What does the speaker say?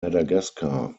madagascar